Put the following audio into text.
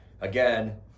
again